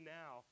now